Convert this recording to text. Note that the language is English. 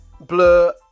Blur